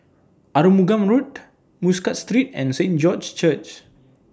Arumugam Road Muscat Street and Saint George's Church